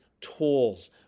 tools